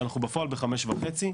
אנחנו בפועל על 5,500,